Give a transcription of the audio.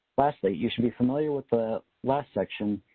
lastly, you should be familiar with the last section,